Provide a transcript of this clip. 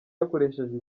hakoreshejwe